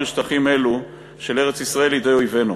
שטחים אלו של ארץ-ישראל לידי אויבינו.